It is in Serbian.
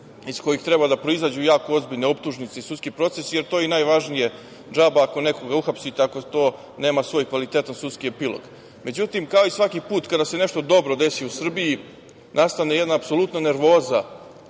iz kojih treba da proizađu jako ozbiljne optužnice i sudski proces, jer to je najvažnije. Džaba ako nekoga uhapsite, ako to nema svoj kvalitetan sudski epilog.Međutim, kao i svaki put, kada se nešto dobro desi u Srbiji, nastane jedna apsolutna nervoza